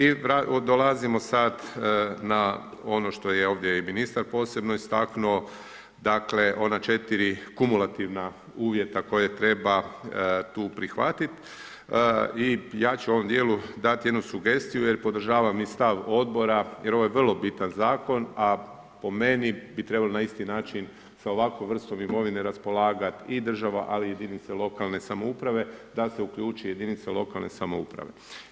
I dolazimo sad na ono što je ovdje i ministar posebno istaknuo, dakle ona 4 kumulativna uvjeta koja treba tu prihvatit i ja ću u ovom djelu dati jednu sugestiju jer podržavam i stav odbora jer ovo je vrlo bitan zakon, a po meni bi trebalo na isti način sa ovakvom vrstom imovine raspolagat i država, ali i jedinice lokalne samouprave da se uključi jedinice lokalne samouprave.